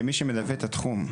כמי שמלווה את התחום,